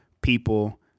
people